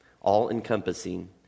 all-encompassing